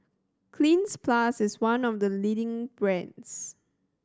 Cleanz Plus is one of the leading brands